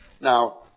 Now